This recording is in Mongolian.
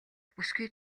бүсгүй